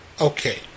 Okay